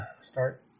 Start